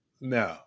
No